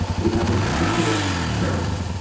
we have a particular character.